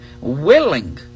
willing